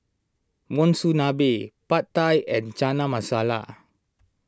Monsunabe Pad Thai and Chana Masala